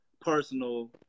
personal